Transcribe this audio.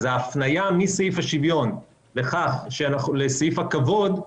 אז ההפנייה מסעיף השוויון לסעיף הכבוד,